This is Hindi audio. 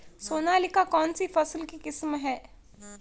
सोनालिका कौनसी फसल की किस्म है?